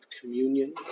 communion